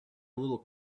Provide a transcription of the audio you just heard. little